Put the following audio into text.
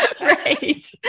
right